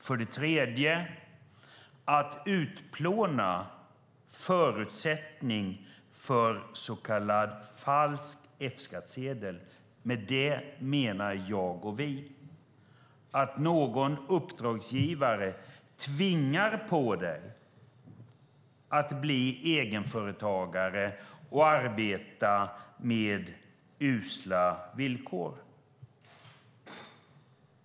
För det tredje att utplåna förutsättningen för så kallad falsk F-skattsedel. Med det menar jag och vi att en uppdragsgivare tvingar på dig att bli egenföretagare och arbeta med usla villkor.